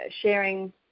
sharing